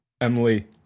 Emily